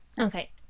Okay